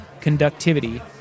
conductivity